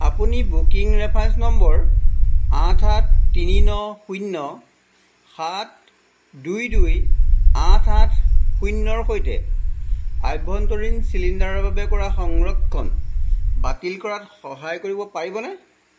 আপুনি booking reference number আঠ আঠ তিনি ন শূন্য সাত দুই দুই আঠ আঠ শূন্যৰ সৈতে আভ্যন্তৰীণ চিলিণ্ডাৰৰ বাবে কৰা সংৰক্ষণ বাতিল কৰাত সহায় কৰিব পাৰিবনে